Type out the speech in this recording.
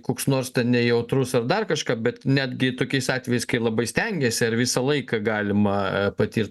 koks nors nejautrus ar dar kažką bet netgi tokiais atvejais kai labai stengiesi ar visą laiką galima patirt